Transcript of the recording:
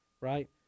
Right